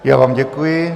Já vám děkuji.